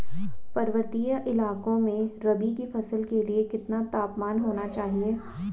पर्वतीय इलाकों में रबी की फसल के लिए कितना तापमान होना चाहिए?